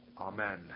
Amen